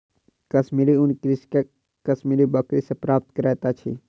कश्मीरी ऊन कृषक कश्मीरी बकरी सॅ प्राप्त करैत अछि